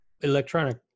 electronic